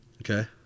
Okay